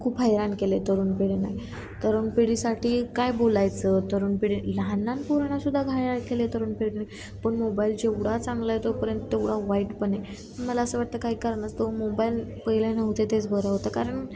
खूप हैराण केलं आहे तरुण पिढीनं तरुण पिढीसाठी काय बोलायचं तरुण पिढी लहान लहान पोरांनासुद्धा घायाळ केलं आहे तरुण पिढीने पण मोबाईल जेवढा चांगला आहे तोपर्यंत तेवढा वाईट पण आहे पण मला असं वाटतं काही कारणास्तव तो मोबाईल पहिले नव्हते तेच बरं होतं कारण